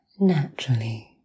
naturally